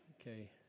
Okay